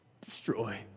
destroy